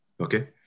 Okay